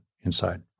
inside